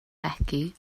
regi